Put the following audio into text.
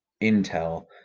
intel